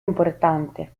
importante